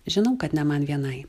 žinau kad ne man vienai